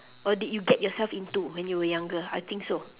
or did you get yourself into when you were younger I think so